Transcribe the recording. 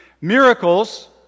Miracles